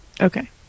Okay